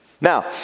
Now